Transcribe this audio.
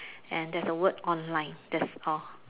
and there's a word online that's all